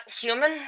human